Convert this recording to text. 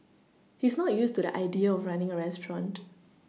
he's not used to the idea of running a restaurant